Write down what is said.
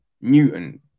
Newton